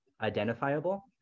identifiable